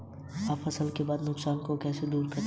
आप फसल के बाद के नुकसान को कैसे दूर करते हैं?